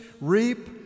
reap